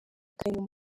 kayumba